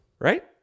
Right